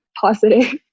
positive